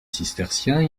cisterciens